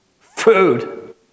Food